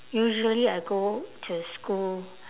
usually I go to school